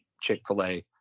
Chick-fil-A